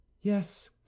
Yes